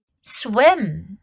swim